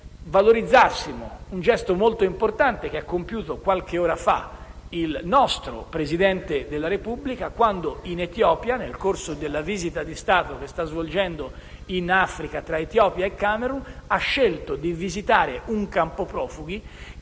valorizzassimo un gesto molto importante, compiuto qualche ora fa dal nostro Presidente della Repubblica che, nel corso della visita di Stato che sta svolgendo in Africa, tra Etiopia e Camerun, ha scelto di visitare in Etiopia un campo profughi